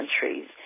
countries